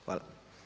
Hvala.